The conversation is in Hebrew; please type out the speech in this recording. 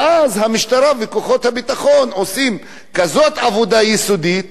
ואז המשטרה וכוחות הביטחון עושים כזאת עבודה יסודית